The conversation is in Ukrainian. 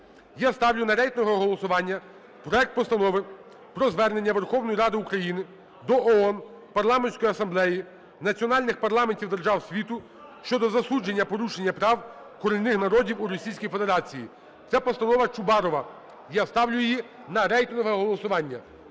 Я ставлю на рейтингове голосування проект Постанови про Звернення Верховної Ради України до ООН, Парламентської Асамблеї, національних парламентів держав світу щодо засудження порушення прав корінних народів у Російській Федерації. Це постанова Чубарова. Я ставлю її на рейтингове голосування.